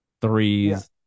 Threes